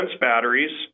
batteries